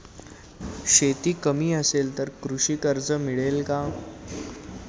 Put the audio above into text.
शेती कमी असेल तर कृषी कर्ज मिळेल का?